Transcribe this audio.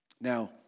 Now